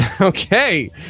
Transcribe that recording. Okay